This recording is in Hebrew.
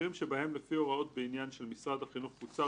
במקרים שבהם לפי הוראות בעניין של משרד החינוך קוצר